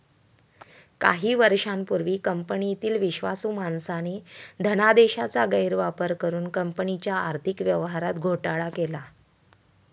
काही वर्षांपूर्वी कंपनीतील विश्वासू माणसाने धनादेशाचा गैरवापर करुन कंपनीच्या आर्थिक व्यवहारात घोटाळा केला